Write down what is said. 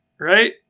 right